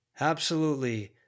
Absolutely